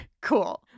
Cool